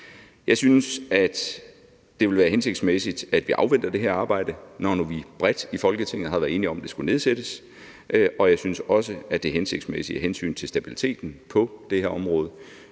Jeg synes, at det vil være hensigtsmæssigt, at vi afventer det her arbejde, når nu vi bredt i Folketinget har været enige om, at den skulle nedsættes. Og jeg synes også, det er hensigtsmæssigt af hensyn til stabiliteten på det her område,